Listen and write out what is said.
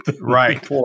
Right